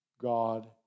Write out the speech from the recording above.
God